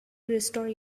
restore